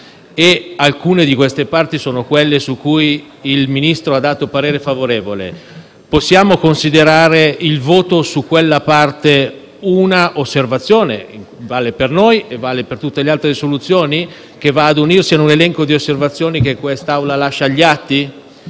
e alcune di esse sono quelle su cui il Ministro ha dato parere favorevole, possiamo considerare il voto su quella parte un'osservazione - vale per la nostra, come per le altre risoluzioni - che va a unirsi in un elenco di osservazioni che quest'Assemblea lascia agli atti?